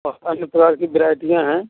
और अन्य प्रकार की वराइटियाँ हैं